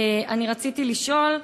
רציתי לשאול: